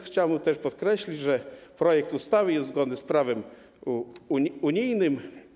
Chciałbym też podkreślić, że projekt ustawy jest zgodny z prawem unijnym.